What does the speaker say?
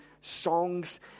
songs